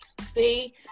See